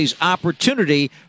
opportunity